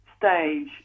stage